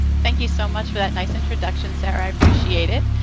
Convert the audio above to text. thank you so much for that nice introduction, sarah. i appreciate it.